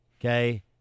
Okay